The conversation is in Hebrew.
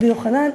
רבי יוחנן,